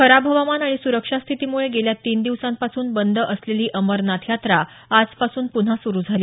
खराब हवामान आणि सुरक्षा स्थितीमुळे गेल्या तीन दिवसांपासून बंद असलेली अमरनाथ यात्रा आजपासून पुन्हा सुरु झाली